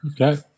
Okay